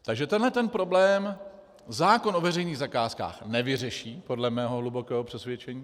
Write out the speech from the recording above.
Takže tenhle problém zákon o veřejných zakázkách nevyřeší podle mého hlubokého přesvědčení.